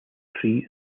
tree